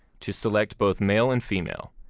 to select both male and female,